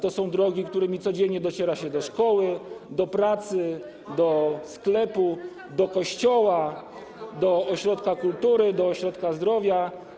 To są drogi, którymi codziennie dociera się do szkoły, do pracy, do sklepu, do kościoła, do ośrodka kultury, do ośrodka zdrowia.